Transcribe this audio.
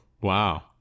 wow